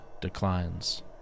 declines